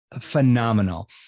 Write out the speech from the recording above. phenomenal